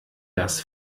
das